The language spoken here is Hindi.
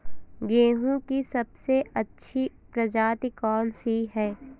गेहूँ की सबसे अच्छी प्रजाति कौन सी है?